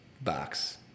box